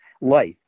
life